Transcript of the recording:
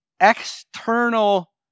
external